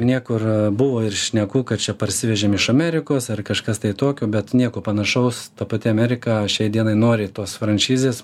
niekur buvo ir šnekų kad čia parsivežėm iš amerikos ar kažkas tai tokio bet nieko panašaus ta pati amerika šiai dienai nori tos franšizės